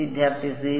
വിദ്യാർത്ഥി 0